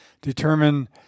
determine